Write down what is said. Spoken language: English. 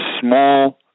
small